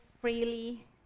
Freely